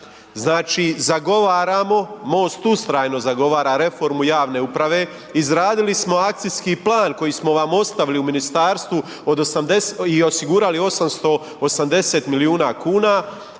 Znači zagovaramo, MOST ustrajno zagovara reformu javne uprave. Izradili smo akcijski plan koji smo vam ostavili u ministarstvu i osigurali 880 milijuna kuna.